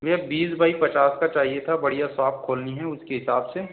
भैया बीस बाई पचास का चाहिए था बढ़िया शॉप खोलनी हैं उसके हिसाब से